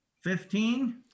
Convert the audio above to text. Fifteen